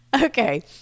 Okay